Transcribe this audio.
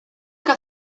que